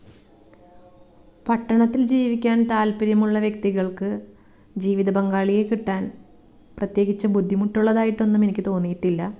പട്ടണത്തിൽ ജീവിക്കാൻ താൽപ്പര്യമുള്ള വ്യക്തികൾക്ക് ജീവിത പങ്കാളിയെ കിട്ടാൻ പ്രത്യേകിച്ച് ബുദ്ധിമുട്ടുള്ളതായിട്ടൊന്നും എനിക്ക് തോന്നിയിട്ടില്ല